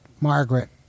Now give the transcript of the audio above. Margaret